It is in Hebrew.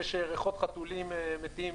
כנראה שריחות חתולים מתים,